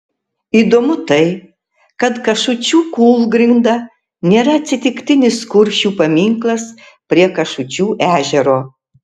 įdomu tai kad kašučių kūlgrinda nėra atsitiktinis kuršių paminklas prie kašučių ežero